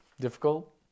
difficult